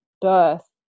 birth